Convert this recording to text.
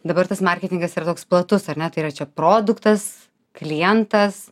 dabar tas marketingas yra toks platus ar ne tai yra čia produktas klientas